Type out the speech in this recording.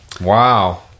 Wow